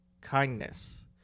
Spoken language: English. kindness